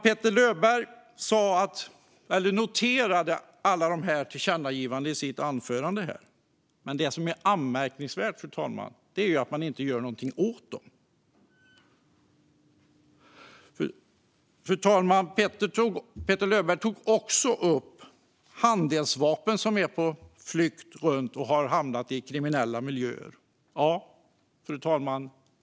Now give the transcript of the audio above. Petter Löberg noterade alla tillkännagivanden i sitt anförande, men det anmärkningsvärda är att inget görs åt dem. Petter Löberg tog också upp handeldvapen som är på drift och har hamnat i kriminella miljöer.